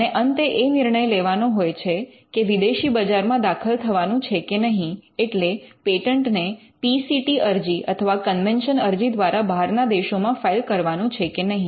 અને અંતે એ નિર્ણય લેવાનો હોય છે કે વિદેશી બજારમાં દાખલ થવાનું છે કે નહીં એટલે પેટન્ટને પી સી ટી અરજી અથવા કન્વેન્શન અરજી દ્વારા બહારના દેશોમાં ફાઇલ કરવાનું છે કે નહીં